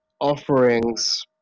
offerings